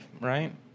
right